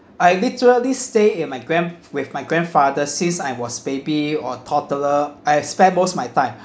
I literally stay in my grand~ with my grandfather since I was baby or toddler I have spent most my time